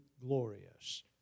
glorious